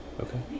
Okay